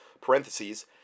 parentheses